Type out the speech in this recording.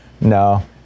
No